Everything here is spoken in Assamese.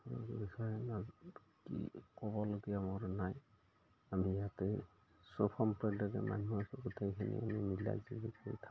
আৰু এইবিষয়ে নাজানো কি ক'বলগীয়া মোৰ নাই আমি ইয়াতে চব সম্প্ৰদায়ৰে মানুহ আছোঁ গোটেইখিনি আমি মিলাই জুলি কৰি থাকোঁ